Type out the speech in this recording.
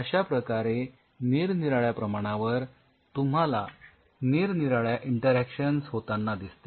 अश्या प्रकारे निरनिराळ्या प्रमाणावर तुम्हाला निरनिराळ्या इंटरॅक्शन्स होतांना दिसतील